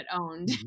owned